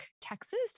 Texas